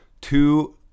two